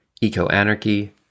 eco-anarchy